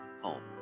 home